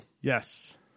Yes